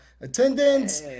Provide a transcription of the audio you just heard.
attendance